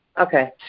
Okay